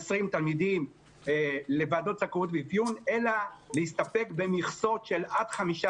20 תלמידים לוועדות זכאות ואפיון אלא להסתפק במכסות של עד חמישה